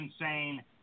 insane